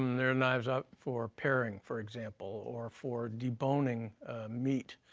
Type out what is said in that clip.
there are knives out for paring, for example, or for deboning meat,